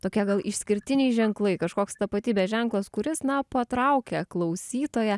tokie gal išskirtiniai ženklai kažkoks tapatybės ženklas kuris na patraukia klausytoją